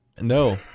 No